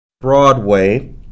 Broadway